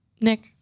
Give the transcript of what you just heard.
Nick